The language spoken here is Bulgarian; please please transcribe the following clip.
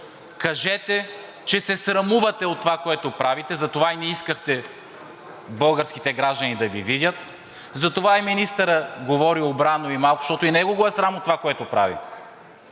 Кажете, че се срамувате от това, което правите, затова и не искахте българските граждани да Ви видят, затова и министърът говори обрано, защото и него го е срам от това, което прави.